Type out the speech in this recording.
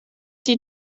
die